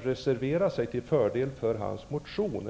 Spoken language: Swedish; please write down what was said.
sig till Sigge Godins motion?